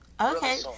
Okay